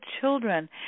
children